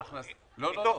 לא, לא.